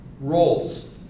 roles